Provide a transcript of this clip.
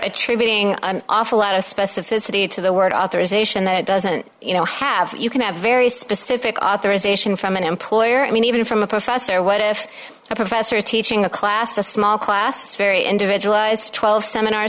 getting an awful lot of specificity to the word authorization that doesn't you know have you can have very specific authorization from an employer i mean even from the professor what if a professor teaching a class a small class very individualized twelve seminar